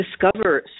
discover